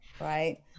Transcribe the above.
right